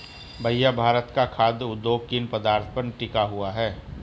भैया भारत का खाघ उद्योग किन पदार्थ पर टिका हुआ है?